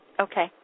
Okay